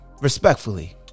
respectfully